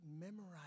memorize